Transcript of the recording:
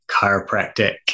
chiropractic